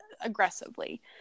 aggressively